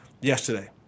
yesterday